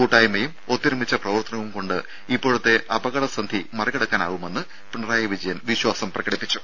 കൂട്ടായ്മയും ഒത്തൊരുമിച്ച പ്രവർത്തനവും കൊണ്ട് ഇപ്പോഴത്തെ അപകടസന്ധി മറികടക്കാനാകുമെന്നും പിണറായി വിജയൻ വിശ്വാസം പ്രകടിപ്പിച്ചു